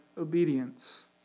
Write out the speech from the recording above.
obedience